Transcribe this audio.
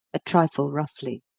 a trifle roughly.